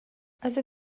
other